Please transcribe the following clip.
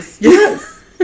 Yes